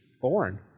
born